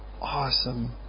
awesome